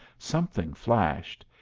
something flashed,